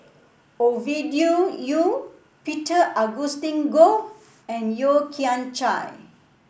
Ovidia Yu Peter Augustine Goh and Yeo Kian Chye